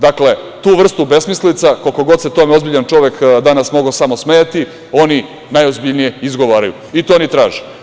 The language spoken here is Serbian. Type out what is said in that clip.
Dakle, tu vrstu besmislica, koliko god se tome ozbiljan čovek danas mogao samo smejati, oni najozbiljnije izgovaraju i to oni traže.